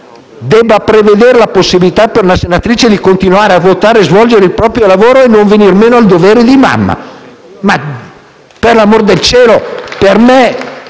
debba prevedere la possibilità per una senatrice di continuare a votare, svolgere il proprio lavoro e non venir meno al dovere di mamma? Per l'amor del cielo!